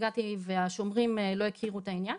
הגעתי והשומרים לא הכירו את העניין.